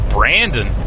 Brandon